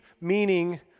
meaning